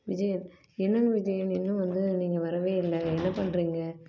விஜயன் என்னங்க விஜயன் இன்னும் வந்து நீங்கள் வரவே இல்லை என்ன பண்ணுறிங்க